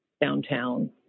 downtown